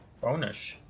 bonus